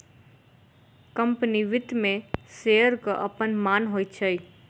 company वित्त मे शेयरक अपन मान होइत छै